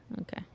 Okay